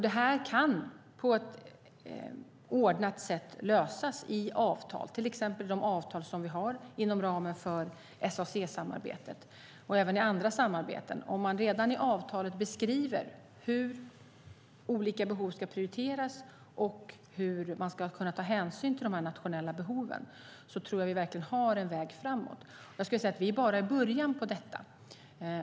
Det kan på ett ordnat sätt lösas i avtal, till exempel de avtal som vi har inom ramen för SAC-samarbetet och även i andra samarbeten. Om man redan i avtalet beskriver hur olika behov ska prioriteras och hur man kan ta hänsyn till de nationella behoven tror jag verkligen att vi har en väg framåt. Vi är bara i början på detta.